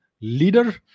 leader